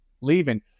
leaving